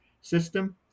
system